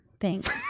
Thanks